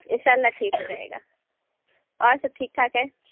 اِنشاء اللہ ٹھیک ہو جائے گا اور سب ٹھیک ٹھاک ہے